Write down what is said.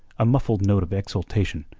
a muffled note of exultation,